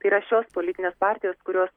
tai yra šios politinės partijos kurios